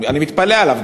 אני מתפלא עליו,